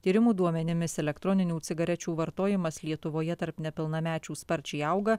tyrimų duomenimis elektroninių cigarečių vartojimas lietuvoje tarp nepilnamečių sparčiai auga